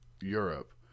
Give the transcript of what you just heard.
Europe